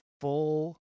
full